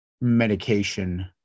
medication